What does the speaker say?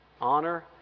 Honor